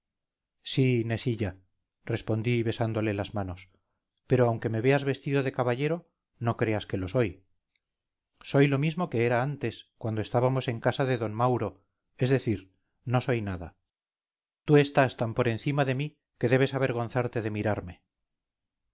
caballero sí inesilla respondí besándole las manos pero aunque me veas vestido de caballero no creas que lo soy soy lo mismo que era antes cuando estábamos en casa de d mauro es decir no soy nada tú estás tan por encima de mí que debes avergonzarte de mirarme